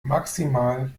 maximal